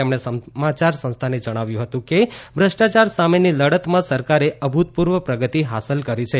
તેમણે સમાચાર સંસ્થાને જણાવ્યું હતું કે ભ્રષ્ટાચાર સામેની લડતમાં સરકારે અભૂતપૂર્વ પ્રગતિ હાંસલ કરી છે